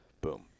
boom